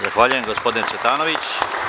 Zahvaljujem gospodine Cvetanović.